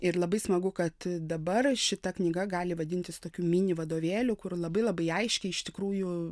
ir labai smagu kad dabar šita knyga gali vadintis tokiu mini vadovėliu kur labai labai aiškiai iš tikrųjų